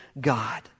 God